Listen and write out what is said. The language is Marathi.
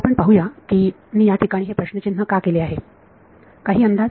आपण पाहूया की मी या ठिकाणी हे प्रश्नचिन्ह का केले आहे काही अंदाज